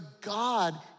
God